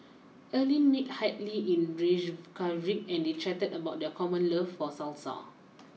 Earline met Hadley in Reykjavik and they chatted about their common love for Salsa